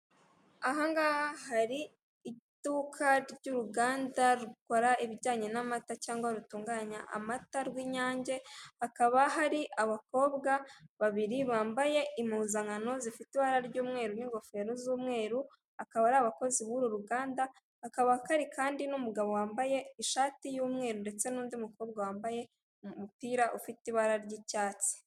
Ahangaha hari iduka ry'uruganda rukora ibijyanye n'amata cyangwa rutunganya amata rw'inyange hakaba hari abakobwa babiri bambaye impuzankano zifite ibara ry'umweru n'ingofero z'umweru akaba ari abakozi b'uru ruganda akaba akari kandi n'umugabo wambaye ishati y'umweru ndetse n'undi mukobwa wambaye umupira ufite ibara ry'icyatsi.